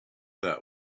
that